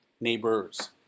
neighbors